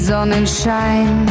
Sonnenschein